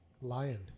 Lion